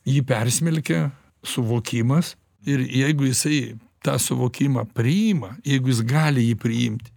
jį persmelkia suvokimas ir jeigu jisai tą suvokimą priima jeigu jis gali jį priimt